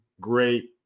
great